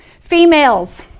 Females